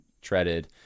treaded